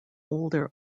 older